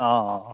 অঁ অঁ